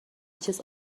چیز